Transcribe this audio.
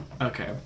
Okay